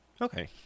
Okay